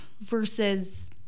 versus